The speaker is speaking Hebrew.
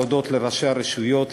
להודות לראשי הרשויות,